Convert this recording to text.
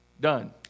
Done